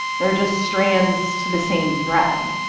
they are just strands to the same thread.